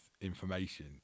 information